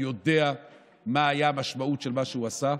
אני יודע מה הייתה המשמעות של מה שהוא עשה.